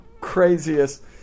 craziest